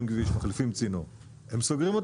עכשיו מה הם עושים?